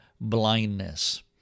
blindness